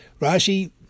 Rashi